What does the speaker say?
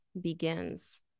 begins